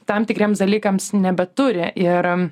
tam tikriems dalykams nebeturi ir